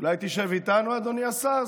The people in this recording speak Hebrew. אולי תשב איתנו, אדוני השר?